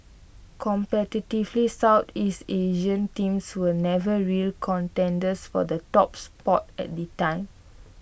competitively Southeast Asian teams were never real contenders for the top spot at the time